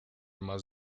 más